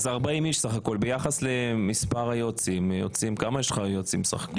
אז 40 יש בסך הכול ביחס למספר היועצים כמה יועצים יש לך בסך הכול?